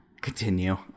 Continue